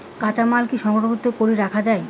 কাঁচামাল কি সংরক্ষিত করি রাখা যায়?